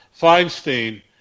Feinstein